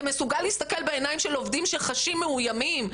אתה מסוגל להסתכל בעיניים של עובדים שחשים מאוימים?